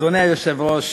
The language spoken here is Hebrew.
אדוני היושב-ראש,